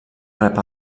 rep